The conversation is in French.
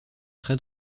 très